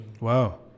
Wow